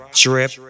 drip